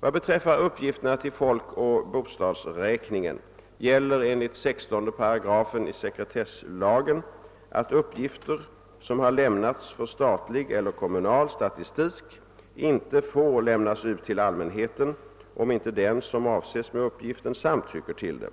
Vad beträffar uppgifterna till folkoch bostadsräkningen gäller enligt 16 8 sekretesslagen att uppgifter, som har lämnats för statlig eller kommunal statistik, inte får lämnas ut till allmänheten, om inte den som avses med uppgiften samtycker till det.